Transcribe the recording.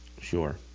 Sure